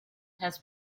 has